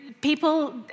people